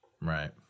Right